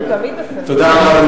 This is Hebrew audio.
אדוני היושב-ראש, תודה רבה,